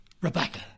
Rebecca